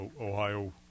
Ohio